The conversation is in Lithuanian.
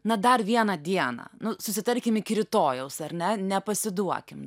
na dar vieną dieną nu susitarkim iki rytojaus ar ne nepasiduokim